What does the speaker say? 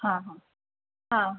हां हां हा